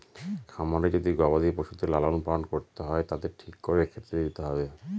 খামারে যদি গবাদি পশুদের লালন পালন করতে হয় তাদের ঠিক করে খেতে দিতে হবে